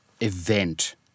event